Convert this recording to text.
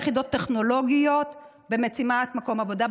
יחידות קרביות ליוצאי יחידות טכנולוגיות במציאת מקום עבודה.